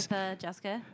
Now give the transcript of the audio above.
Jessica